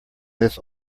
this